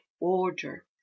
order